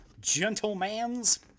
gentlemans